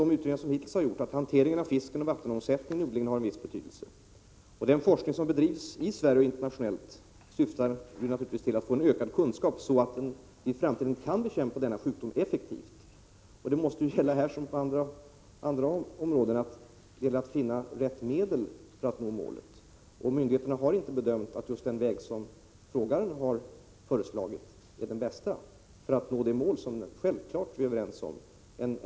De utredningar som hittills har gjorts visar att hanteringen av fisken och vattenomsättningen har en viss betydelse. Den forskning som bedrivs i Sverige och internationellt syftar naturligtvis till att ge en ökad kunskap, så att sjukdomen verkligen skall kunna bekämpas effektivt. Här liksom på andra områden gäller det att finna rätt medel för att nå målet. Myndigheterna har inte bedömt att den väg som Karl-Anders Petersson har föreslagit är den bästa för att nå det mål som vi självfallet är överens om.